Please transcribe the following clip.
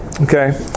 Okay